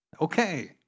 okay